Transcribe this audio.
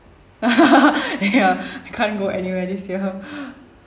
ya I can't go anywhere this year